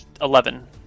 Eleven